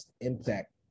impact